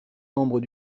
membre